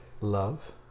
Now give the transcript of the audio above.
love